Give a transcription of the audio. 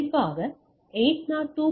குறிப்பாக 802